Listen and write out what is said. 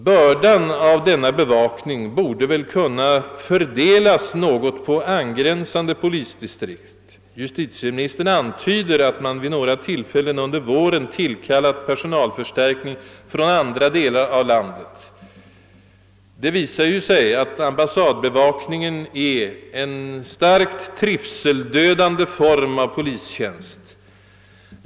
Bördan av denna bevakning borde dock kunna fördelas något på angränsande polisdistrikt. Justitieministern antyder att man vid några tillfällen under våren tillkallat personalförstärkning från andra delar av landet. Det visar sig ju att ambassadbevakningen är en starkt trivseldödande form av polistjänst.